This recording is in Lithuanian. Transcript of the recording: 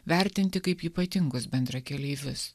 vertinti kaip ypatingus bendrakeleivius